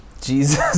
Jesus